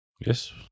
Yes